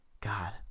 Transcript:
god